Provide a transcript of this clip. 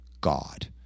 God